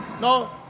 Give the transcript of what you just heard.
No